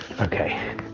Okay